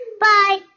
Bye